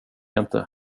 inte